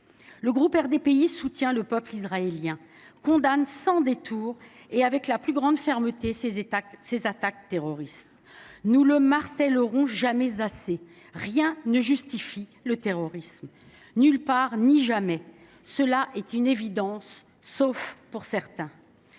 Le groupe RDPI soutient le peuple israélien et condamne sans détour, avec la plus grande fermeté, ces attaques terroristes. Nous ne le martèlerons jamais assez : rien ne justifie le terrorisme, nulle part, jamais ! C’est une évidence, sauf pour certains…